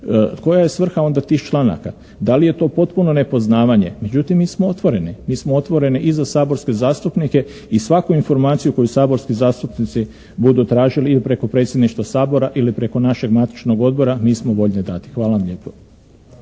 Koja je svrha tih članaka? Da li je potpuno nepoznavanje? Međutim mi smo otvoreni, mi smo otvoreni i za saborske zastupnike i svaku informaciju koju saborski zastupnici budu tražili ili preko predsjedništva Sabora ili preko našeg matičnog odbora mi smo voljni dati. Hvala vam lijepo.